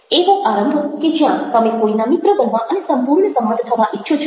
એવો આરંભ કે જ્યાં તમે કોઈના મિત્ર બનવા અને સંપૂર્ણ સંમત થવા ઈચ્છો છો